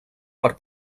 per